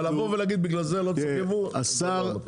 אבל להגיד, בגלל זה לא צריך ייבוא, זה לא המצב.